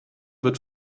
wird